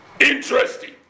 Interesting